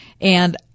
And-